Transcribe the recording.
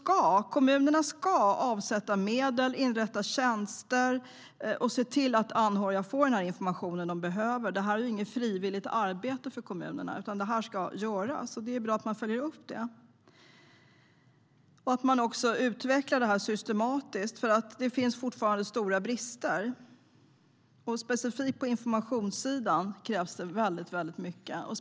Kommunerna ska avsätta medel, inrätta tjänster och se till att anhöriga får den information de behöver. Det är inget frivilligt arbete för kommuner, utan det ska göras. Det är bra att det följs upp. Dessutom behöver arbetet utvecklas systematiskt, för det finns fortfarande stora brister. Särskilt på informationssidan krävs mycket mer.